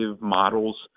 models